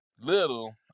little